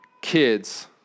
kids